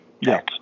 Yes